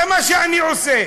זה מה שאני עושה.